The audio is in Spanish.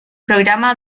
programa